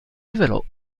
rivelò